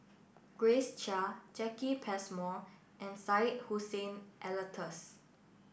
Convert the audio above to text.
Grace Chia Jacki Passmore and Syed Hussein Alatas